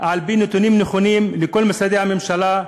על-פי נתונים נכונים לכל משרדי הממשלה,